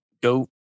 go